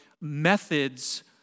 methods